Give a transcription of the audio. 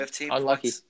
Unlucky